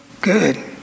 Good